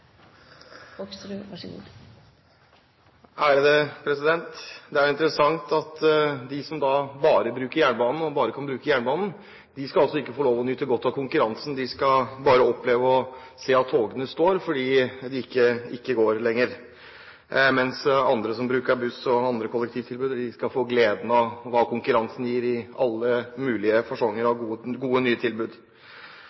interessant at de som bare bruker og kan bruke jernbanen, ikke skal få nyte godt av konkurransen. De skal bare oppleve å se at togene står, fordi de ikke går lenger, mens andre som bruker buss og andre kollektivtilbud, skal få gleden av hva konkurransen gir i alle mulige